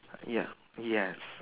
ya yes